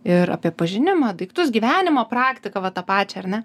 ir apie pažinimą daiktus gyvenimo praktiką va tą pačią ar ne